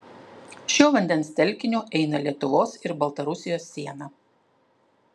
šiuo vandens telkiniu eina lietuvos ir baltarusijos siena